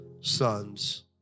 Sons